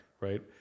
Right